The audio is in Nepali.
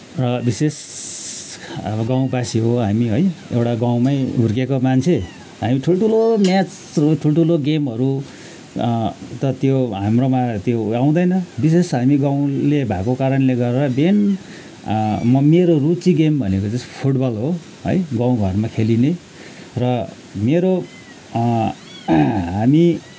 विशेष गाउँवासी हो हामी है एउटा गाउँमै हुर्किएको मान्छे हामी ठुल्ठुलो म्याचहरू ठुल्ठुलो गेमहरू त त्यो हाम्रोमा त्यो आउँदैन विशेष हामी गाउँले भएको कारणले गर्दा देन म मेरो रुचि गेम भनेको चाहिँ फुटबल हो है गाउँघरमा खेलिने र मेरो हामी